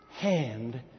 hand